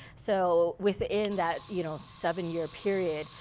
so within that you know seven year period,